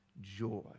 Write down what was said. joy